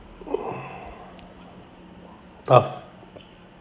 tough